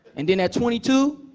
and then at twenty two,